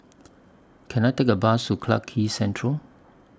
Can I Take A Bus to Clarke Quay Central